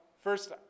first